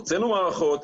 הוצאנו מערכות,